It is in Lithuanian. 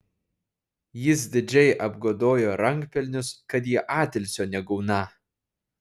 jis didžiai apgodojo rankpelnius kad jie atilsio negauną